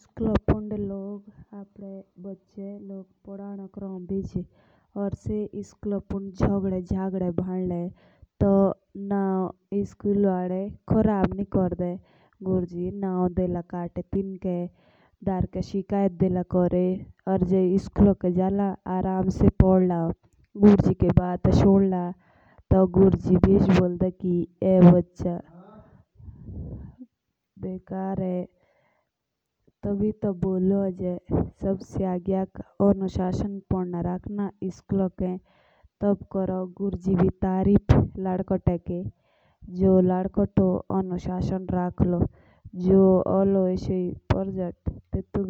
स्कुलो पुंडे लोग अपने बच्चे पदानुक रहन भेजि या से स्कुलो पुंडे झोग्दे भांडले तो स्कुल वाले नाम खराब नी कोर्डे नाम देले काटे। या जे स्कूलो पुंदे जले पड़ै कोरले तो गुर्जी भी किच न बोलदा। तबहि तो अनुशासन चेयी सबसे